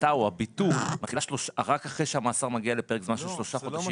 שההפחתה או הביטוח רק אחרי שהמאסר מגיע לפרק זמן של שלושה חודשים.